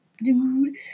Dude